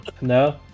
No